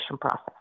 process